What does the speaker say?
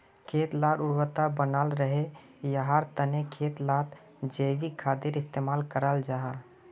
खेत लार उर्वरता बनाल रहे, याहार तने खेत लात जैविक खादेर इस्तेमाल कराल जाहा